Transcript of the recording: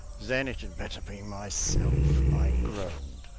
then it had better be myself, i groaned.